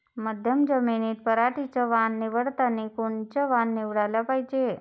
मध्यम जमीनीत पराटीचं वान निवडतानी कोनचं वान निवडाले पायजे?